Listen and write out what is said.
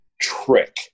trick